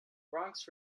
bronx